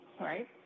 right